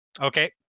Okay